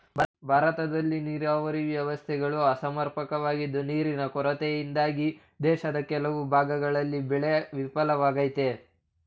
ಭಾರತದಲ್ಲಿ ನೀರಾವರಿ ವ್ಯವಸ್ಥೆಗಳು ಅಸಮರ್ಪಕವಾಗಿದ್ದು ನೀರಿನ ಕೊರತೆಯಿಂದಾಗಿ ದೇಶದ ಕೆಲವು ಭಾಗಗಳಲ್ಲಿ ಬೆಳೆ ವಿಫಲವಾಗಯ್ತೆ